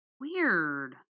Weird